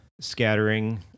scattering